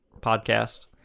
podcast